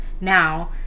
now